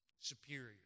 Superior